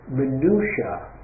minutiae